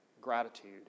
gratitude